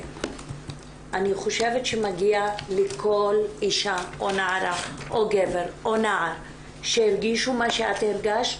אני חושבת שמגיע לכל אישה או נערה או גבר או נער שהרגישו מה שאת הרגשת,